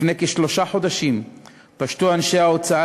לפני כשלושה חודשים פשטו אנשי ההוצאה